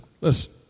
listen